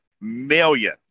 million